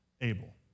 able